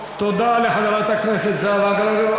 תודה לחברת הכנסת זהבה גלאון.